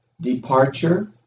departure